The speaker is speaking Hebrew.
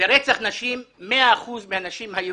של נשים היהודיות